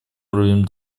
уровнем